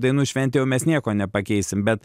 dainų švente jau mes nieko nepakeisim bet